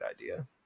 idea